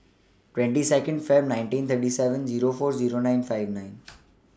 twenty seond February nineteen thirty seven Zero four Zero nine five nine